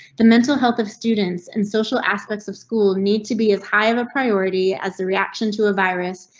the mental health of students and social aspects of school need to be as high of a priority as the reaction to a virus.